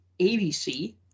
ABC